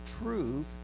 truth